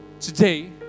Today